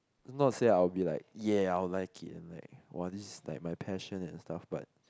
that's not say I'll be like ya I will like it and like !wah! this is like my passion and stuff but